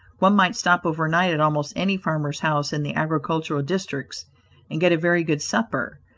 one might stop overnight at almost any farmer's house in the agricultural districts and get a very good supper,